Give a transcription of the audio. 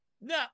no